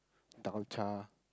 dalcha